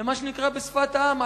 ומה שנקרא בשפת העם,